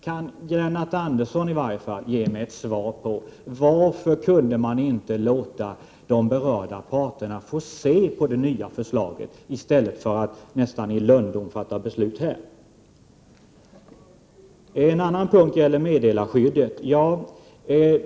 Kan Lennart Andersson ge mig ett svar på frågan: Varför kunde man inte låta de berörda parterna få se det nya förslaget i stället för att man nästan i lönndom fattar beslut? En annan punkt gäller meddelarskyddet.